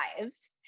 lives